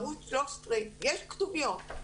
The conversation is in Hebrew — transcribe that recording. ערוץ 13 יש כתוביות,